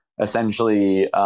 essentially